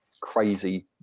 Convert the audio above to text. crazy